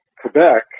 Quebec